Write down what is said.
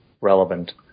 relevant